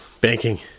banking